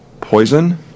poison